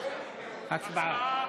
הצבעה.